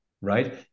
Right